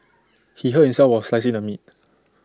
he hurt himself while slicing the meat